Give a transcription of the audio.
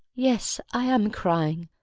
yes, i am crying,